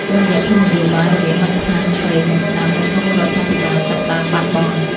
តុល្យភាពនយោបាយរវាងមជ្ឈដ្ឋានឆ្វេង និងស្តាំនៅក្នុងរដ្ឋាភិបាលចាប់ផ្តើមបាត់បង់។